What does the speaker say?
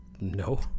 No